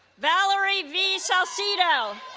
valerie v. salcido